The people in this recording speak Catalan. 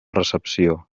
recepció